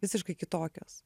visiškai kitokios